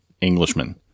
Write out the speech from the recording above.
Englishman